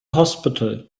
hospital